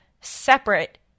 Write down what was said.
separate